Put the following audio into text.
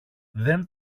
δεν